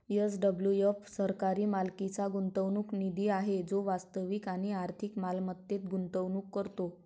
SWF सरकारी मालकीचा गुंतवणूक निधी आहे जो वास्तविक आणि आर्थिक मालमत्तेत गुंतवणूक करतो